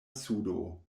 sudo